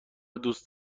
دوست